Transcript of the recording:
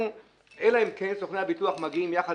אלא אם כן סוכני הביטוח מגיעים יחד